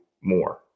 more